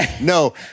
no